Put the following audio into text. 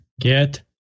get